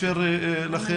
נאפשר לכן.